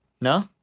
No